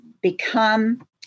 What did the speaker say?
become